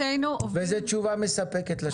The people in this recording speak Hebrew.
זאת תשובה מספקת לשלב הזה.